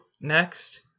next